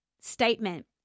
statement